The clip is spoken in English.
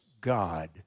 God